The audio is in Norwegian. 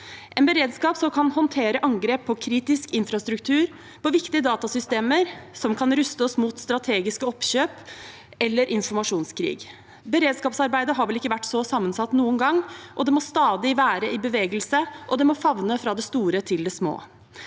en beredskap som kan håndtere angrep på kritisk infrastruktur, på viktige datasystemer, som kan ruste oss mot strategiske oppkjøp eller informasjonskrig. Beredskapsarbeidet har vel ikke vært så sammensatt noen gang. Det må stadig være i bevegelse, og det må favne fra det store til det små.